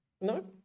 no